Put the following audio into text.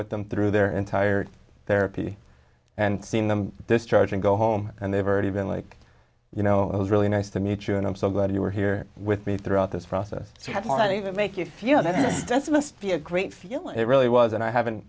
with them through their entire therapy and seen them discharge and go home and they've already been like you know it was really nice to meet you and i'm so glad you were here with me throughout this process to have money that make you feel that it does must be a great feeling it really was and i haven't